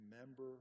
remember